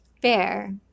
bear